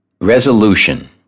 resolution